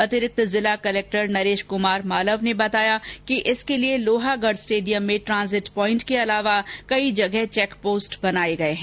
अतिरिक्त जिला कलेक्टर नरेश कुमार मालव ने बताया कि इसके लिए लोहागढ स्टेडियम में ट्रांजिट पाइंट के अलावा चैक पोस्ट बनाए गए हैं